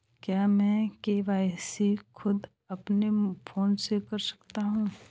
क्या मैं के.वाई.सी खुद अपने फोन से कर सकता हूँ?